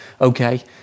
okay